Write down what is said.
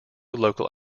local